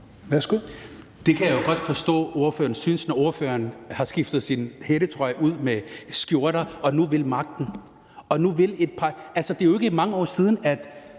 (FG): Det kan jeg jo godt forstå ordføreren synes, når ordføreren har skiftet sin hættetrøje ud med skjorter og nu vil magten. Altså, det er jo ikke mange år siden,